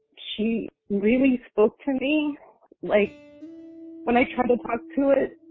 she really spoke to me like when i tried to talk to it,